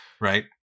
right